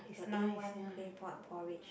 the A one claypot porridge